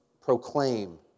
proclaim